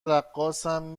رقاصم